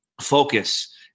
focus